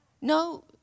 No